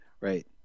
right